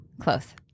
close